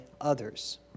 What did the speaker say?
others